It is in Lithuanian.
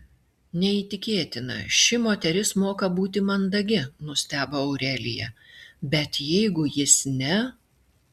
neįtikėtina ši moteris moka būti mandagi nustebo aurelija bet jeigu jis ne